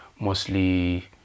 mostly